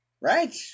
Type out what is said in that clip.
Right